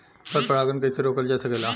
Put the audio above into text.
पर परागन कइसे रोकल जा सकेला?